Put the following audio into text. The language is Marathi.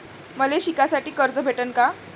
मले शिकासाठी कर्ज भेटन का?